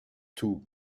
tout